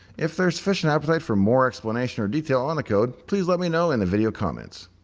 if there's sufficient appetite for more explanation or detail on the code, please let me know in the video comments!